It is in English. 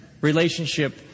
relationship